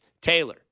Taylor